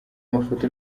amafoto